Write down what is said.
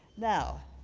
now,